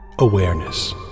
Awareness